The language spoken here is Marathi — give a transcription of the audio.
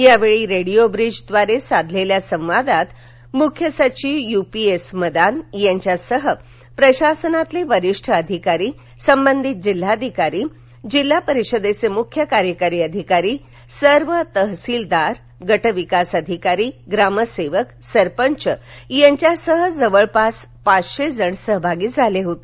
यावेळी रेडीओ ब्रिजद्वारे साधलेल्या संवादात मुख्य सचिव यू पी एस मदान यांच्यासह प्रशासनातील वरिष्ठ अधिकारी संबधित जिल्हाधिकारी जिल्हा परिषदेचे मुख्य कार्यकारी अधिकारी सर्व तहसिलदार गट विकास अधिकारी ग्रामसेवक सरपंच यांच्यासह जवळपास पाचशेजण सहभागी झाले होते